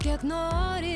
kiek nori